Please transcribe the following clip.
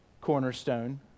cornerstone